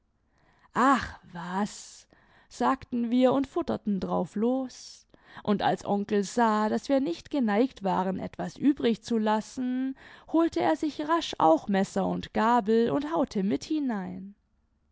ach was sagten wir und futterten drauf los und als onkel sah daß wir nicht geneigt waren etwas übrig zu lassen holte er sich rasch auch messer und gabel und haute mit hinein